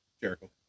Jericho